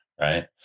right